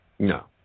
No